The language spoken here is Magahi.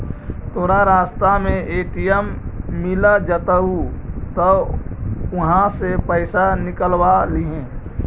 तोरा रास्ता में ए.टी.एम मिलऽ जतउ त उहाँ से पइसा निकलव लिहे